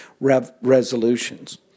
resolutions